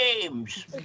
games